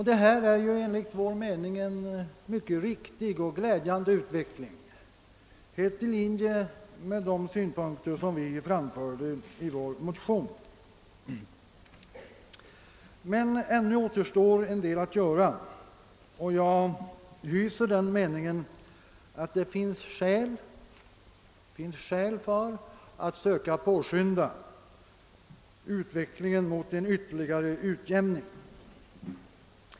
Detta är enligt vår mening en riktig och glädjande utveckling, helt i linje med de synpunkter vi framfört i vår motion. Men ännu återstår en del att göra. Det är min uppfattning att det finns skäl att försöka påskynda utvecklingen mot en ytterligare utjämning.